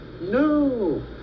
No